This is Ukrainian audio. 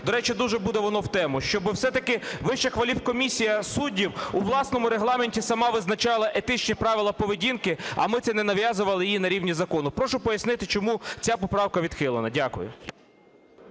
до речі, дуже буде воно в тему, щоби все-таки Вища кваліфкомісія суддів у власному Регламенті сама визначала етичні правила поведінки, а ми це не нав'язували їй на рівні закону. Прошу пояснити, чому ця поправка відхилена. Дякую.